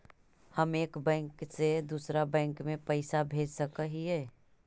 हम एक बैंक से दुसर बैंक में पैसा भेज सक हिय?